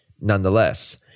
nonetheless